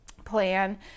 plan